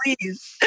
please